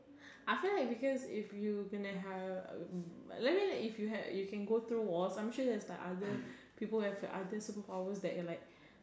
I feel like because if you gonna have I mean like if you have you can go through walls I'm sure that there are other people who have other superpower that you are like